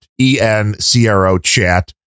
E-N-C-R-O-Chat